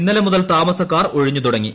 ഇന്നലെ മുതൽ താമസക്കാർ ഒഴിഞ്ഞുതുടങ്ങി